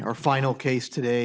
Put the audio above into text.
your final case today